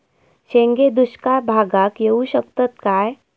शेंगे दुष्काळ भागाक येऊ शकतत काय?